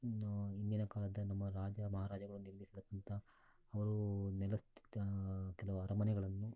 ಇನ್ನೂ ಹಿಂದಿನ ಕಾಲದ ನಮ್ಮ ರಾಜ ಮಹಾರಾಜರು ನಿರ್ಮಿಸತಕ್ಕಂಥ ಅವರೂ ನೆಲಸ್ತಿದ್ದ ಕೆಲವು ಅರಮನೆಗಳನ್ನು